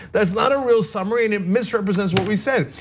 that's not a real summary, and it misrepresents what we said.